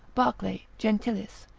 barclay, gentilis,